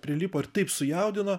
prilipo ir taip sujaudino